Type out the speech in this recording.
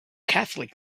catholic